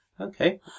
Okay